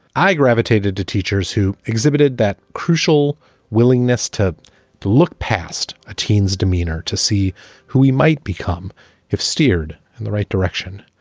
i gravitated to teachers who exhibited that crucial willingness to look past a teen's demeanor to see who he might become if steered in the right direction.